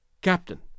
Captain